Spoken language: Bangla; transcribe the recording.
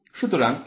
সুতরাং এটি